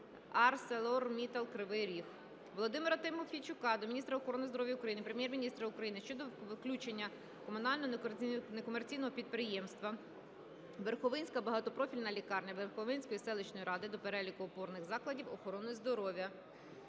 "АрселорМіталл Кривий Ріг". Володимира Тимофійчука до міністра охорони здоров'я України, Прем'єр-міністра України щодо включення комунального некомерційного підприємства "Верховинська багатопрофільна лікарня" Верховинської селищної ради до переліку опорних закладів охорони здоров'я.